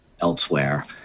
elsewhere